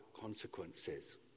consequences